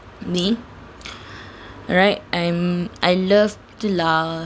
me alright I'm I love to laugh